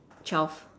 twelve